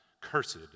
cursed